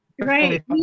right